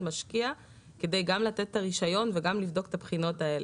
משקיע כדי גם לתת את הרישיון וגם לבדוק את הבחינות האלה.